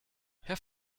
herr